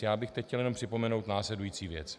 Já bych teď chtěl jenom připomenout následující věc.